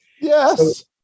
Yes